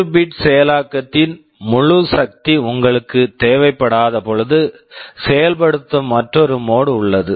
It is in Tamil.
32 பிட் bit செயலாக்கத்தின் முழு சக்தி உங்களுக்குத் தேவைப்படாதபொழுது செயல்படுத்தும் மற்றொரு மோட் mode உள்ளது